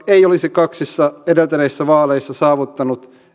ei olisi kaksissa edeltäneissä vaaleissa saavuttanut